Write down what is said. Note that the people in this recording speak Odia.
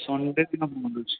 ସନ୍ଡ଼େ ଦିନ ମୁଁ ରହୁଛି